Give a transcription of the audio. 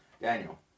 Daniel